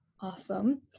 Awesome